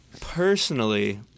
Personally